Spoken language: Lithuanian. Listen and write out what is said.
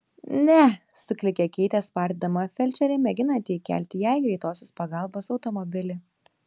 neh suklykė keitė spardydama felčerį mėginantį įkelti ją į greitosios pagalbos automobilį